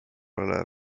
olev